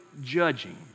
judging